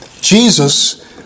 Jesus